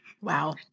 Wow